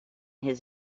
his